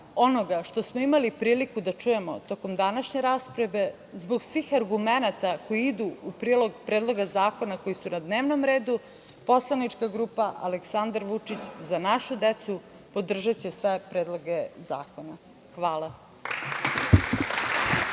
onoga što smo imali priliku da čujemo tokom današnje rasprave, zbog svih argumenata koji idu u prilog predloga zakona koji su na dnevnom redu, poslanička grupa Aleksandar Vučić – Za našu decu podržaće sve predloge zakona. Hvala.